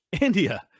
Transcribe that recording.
India